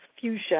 fuchsia